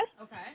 Okay